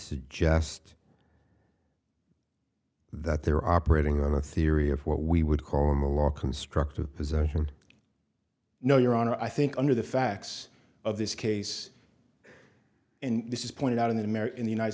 suggest that they're operating on a theory of what we would call him a law constructive possession no your honor i think under the facts of this case and this is pointed out in the marriage in the united